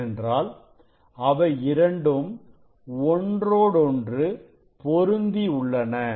ஏனென்றால் அவை இரண்டும் ஒன்றோடொன்று பொருந்தி உள்ளன